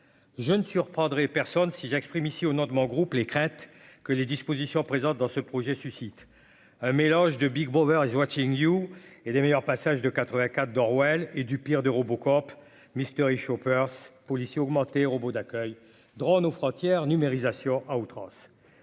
je ne surprendrai personne si j'exprime ici au nom de mon groupe, les craintes que les dispositions présentes dans ce projet suscite un mélange de Big Mother is watching You et les meilleurs passages de 84 d'Orwell et du pire de Robocop Mystery Shoppers policiers augmenter robot d'accueil drone aux frontières numérisation à outrance,